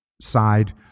side